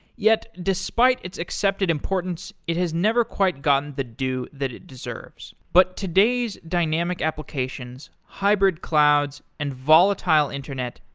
yet, despite its accepted importance, it has never quite gotten the due that it deserves. but today's dynamic applications, hybrid clouds and volatile internet,